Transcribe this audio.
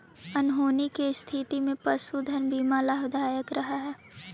अनहोनी के स्थिति में पशुधन बीमा लाभदायक रह हई